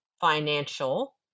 financial